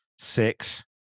Six